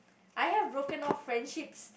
I have broken off friendships